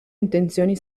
intenzioni